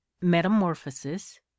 metamorphosis